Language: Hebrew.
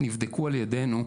נבדקו על ידינו.